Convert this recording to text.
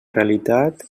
realitat